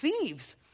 thieves